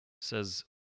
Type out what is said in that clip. Says